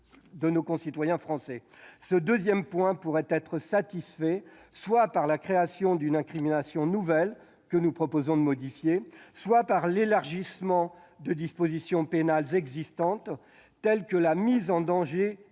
de vie des Français. Ce deuxième point pourrait être satisfait par la création d'une incrimination nouvelle, que nous proposons de modifier, ou par l'élargissement de dispositions pénales existantes, comme la mise en danger